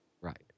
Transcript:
Right